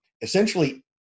essentially